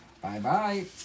Bye-bye